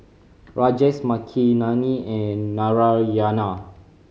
Rajesh Makineni and Narayana